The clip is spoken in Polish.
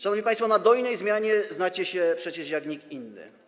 Szanowni państwo, na dojnej zmianie znacie się przecież jak nikt inny.